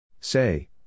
Say